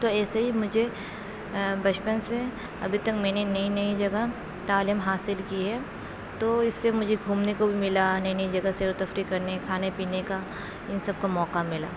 تو ایسے ہی مجھے بچپن سے ابھی تک میں نے نئی نئی جگہ تعلیم حاصل کی ہے تو اِس سے مجھے گھومنے کو بھی ملا نئی نئی جگہ سیر و تفریح کرنے کھانے پینے کا اِن سب کا موقع ملا